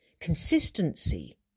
consistency